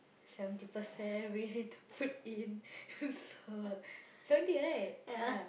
seventy percent really to put in so seventy right